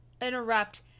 interrupt